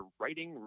writing